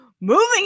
Moving